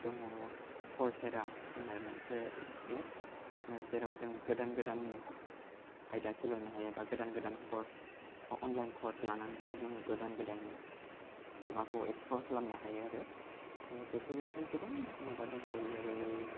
आरो दङ कर्सचेडा होन्नाय मोनसे एप जेराव जों गोदान गोदान आयदा सोलोंनो हायो बा गोदान गोदान कर्स अनलाइन कर्स लानानै जोङो गोदान गोदान माबाखौ एक्सप्ल'र खालामनो हायो आरो आरो बेफोर बादिनो गोबां माबा दंबावो जेरै